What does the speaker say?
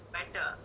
Better